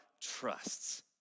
trusts